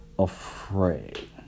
Afraid